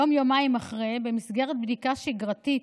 יום-יומיים אחרי כן, במסגרת בדיקה שגרתית,